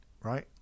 right